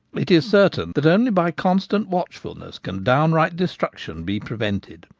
it is certain that only by constant watchfulness can downright destruction be prevented.